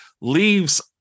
leaves